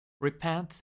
Repent